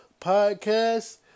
Podcast